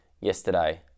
yesterday